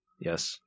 Yes